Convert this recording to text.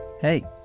Hey